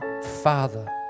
Father